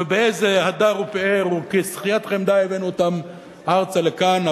ובאיזה הדר ופאר וכשכיית חמדה הבאנו אותם ארצה לכאן,